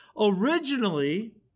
originally